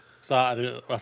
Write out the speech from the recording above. started